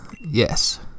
Yes